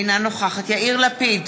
אינה נוכחת יאיר לפיד,